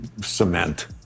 cement